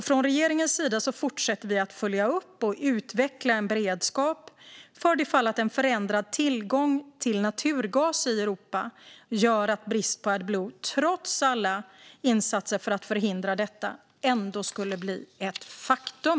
Från regeringens sida fortsätter vi att följa upp och utveckla en beredskap för det fall att en förändrad tillgång till naturgas i Europa gör att brist på Adblue - trots alla insatser för att förhindra detta - ändå skulle bli ett faktum.